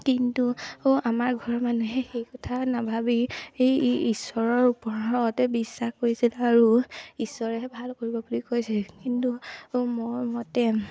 কিন্তু আমাৰ ঘৰৰ মানুহে সেই কথা নাভাবি এই ঈশ্বৰৰ ওপৰতে বিশ্বাস কৰিছিল আৰু ঈশ্বৰেহে ভাল কৰিব বুলি কৈছে কিন্তু মোৰ মতে